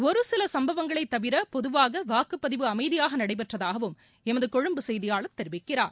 ஒருசில சம்பவங்களைத் தவிர பொதுவாக வாக்குப்பதிவு அமைதியாக நடைபெற்றதாகவும் எமது கொழும்பு செய்தியாளர் தெரிவிக்கிறார்